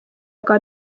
aga